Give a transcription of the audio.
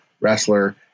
wrestler